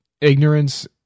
ignorance